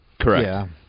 Correct